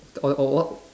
oh oh what